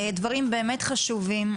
דברים באמת חשובים,